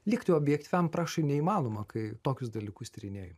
likti objektyviam praktiškai neįmanoma kai tokius dalykus tyrinėji